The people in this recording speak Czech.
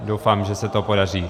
Doufám, že se to podaří.